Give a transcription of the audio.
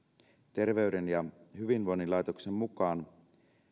terveyden ja hyvinvoinnin laitoksen mukaan